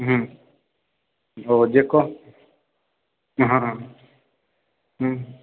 हँ ओ जे कह हँ हँ हँ